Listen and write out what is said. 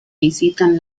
visitan